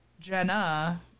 Jenna